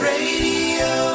Radio